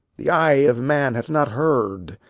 the eye of man hath not heard,